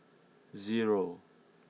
zero